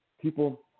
People